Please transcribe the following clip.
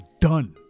done